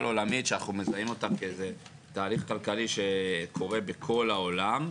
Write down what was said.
עולמית שאנחנו מזהים אותה כתהליך כלכלי שקורה בכל העולם,